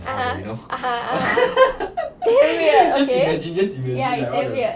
(uh huh) (uh huh) uh uh damn weird okay ya is damn weird